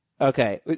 Okay